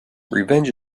revenge